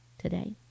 today